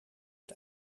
het